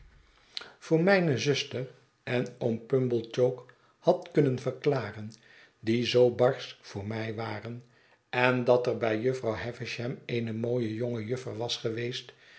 zoo niet zuster en oom pumblechook had kunnen verklaren die zoo barsch voor mij waren en dat er by jufvrouw havisham eene mooie jonge juffer was geweest